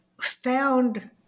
found